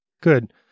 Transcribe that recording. Good